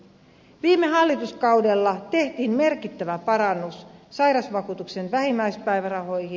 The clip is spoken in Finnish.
viime hallituskaudella tehtiin merkittävä parannus sairausvakuutuksen vähimmäispäivärahoihin